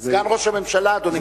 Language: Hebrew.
סגן ראש הממשלה, אדוני מתכוון.